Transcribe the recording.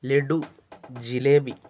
laddu jalebi